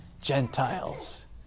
Gentiles